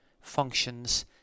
functions